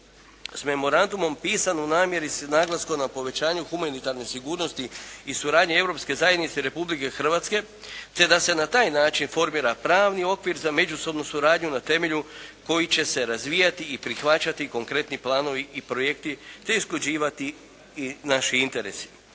s memorandumom pisan u namjeri s naglaskom na povećanju humanitarne sigurnosti i suradnje Europske zajednice i Republike Hrvatske te da se na taj način formira pravni okvir za međusobnu suradnju na temelju koji će se razvijati i prihvaćati konkretni planovi i projekti te usklađivati naši interesi.